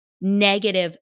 negative